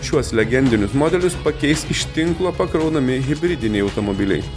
šiuos legendinius modelius pakeis iš tinklo pakraunami hibridiniai automobiliai